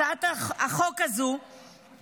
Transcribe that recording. הצעת החוק הזו